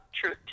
truth